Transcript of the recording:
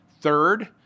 Third